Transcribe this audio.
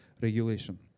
regulation